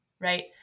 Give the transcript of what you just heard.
right